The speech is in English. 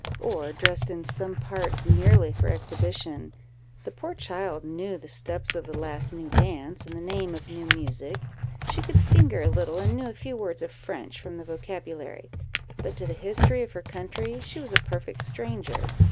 or dressed in some parts merely for exhibition the poor child knew the steps of the last new dance and the name of new music she could finger little, and knew a few words of french from the vocabulary but to the history of her country she was a perfect stranger,